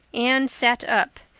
anne sat up,